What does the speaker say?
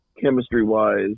chemistry-wise